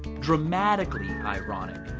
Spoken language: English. dramatically ironic.